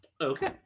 Okay